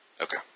Okay